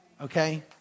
okay